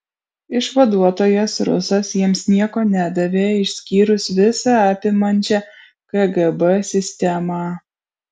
išvaduotojas rusas jiems nieko nedavė išskyrus visa apimančią kgb sistemą